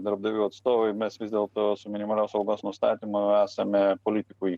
darbdavių atstovai mes vis dėlto su minimalios algos nustatymu esame politikoj